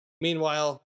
Meanwhile